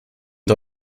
der